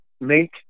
make